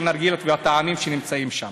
הנושא של הנרגילות והטעמים שנמצאים שם.